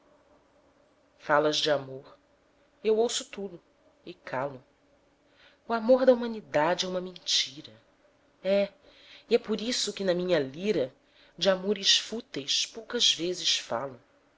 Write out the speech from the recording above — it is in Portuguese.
falas de amor e eu ouço tudo e calo o amor da humanidade é uma mentira é e é por isso que na minha lira de amores fúteis poucas vezes falo